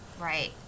right